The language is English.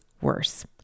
worse